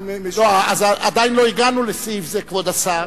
אני משיב, עדיין לא הגענו לסעיף זה, כבוד השר.